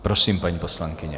Prosím, paní poslankyně.